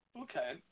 Okay